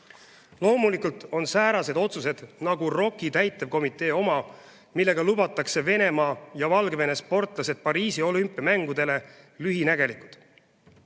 Loomulikult on säärased otsused nagu ROK-i täitevkomitee oma, millega lubatakse Venemaa ja Valgevene sportlased Pariisi olümpiamängudele, lühinägelikud.